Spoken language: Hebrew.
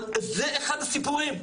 אבל זה אחד הסיפורים.